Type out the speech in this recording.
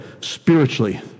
spiritually